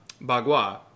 Bagua